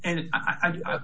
and i